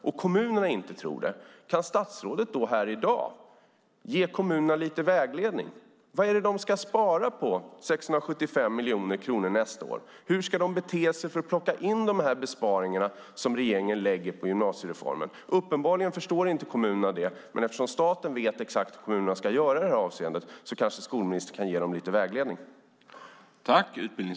Om kommunerna inte tror det, kan statsrådet här i dag ge kommunerna lite vägledning? Vad är det de ska spara 675 miljoner kronor på nästa år? Hur ska de bete sig för att plocka in de besparingar som regeringen lägger på gymnasiereformen? Uppenbarligen förstår inte kommunerna det, men eftersom staten vet exakt hur kommunerna ska göra i detta avseende kanske skolministern kan ge dem lite vägledning.